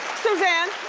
suzanne?